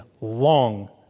long